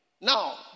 Now